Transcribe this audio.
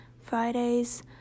Fridays